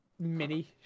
Mini